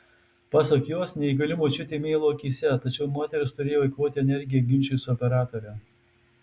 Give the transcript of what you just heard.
pasak jos neįgali močiutė mėlo akyse tačiau moteris turėjo eikvoti energiją ginčui su operatore